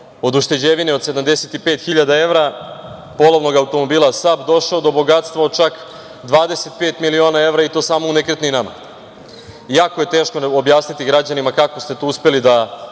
od ušteđevine od 75.000 evra polovnog automobila "SAB" došao do bogatstva od čak 25 miliona evra, i to samo u nekretninama. Jako je teško objasniti građanima kako ste to uspeli da